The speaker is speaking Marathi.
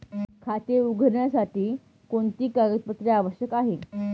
खाते उघडण्यासाठी कोणती कागदपत्रे आवश्यक आहे?